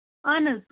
اَہَن حظ